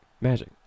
Magic